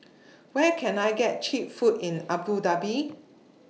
Where Can I get Cheap Food in Abu Dhabi